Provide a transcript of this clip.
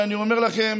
ואני אומר לכם